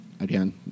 Again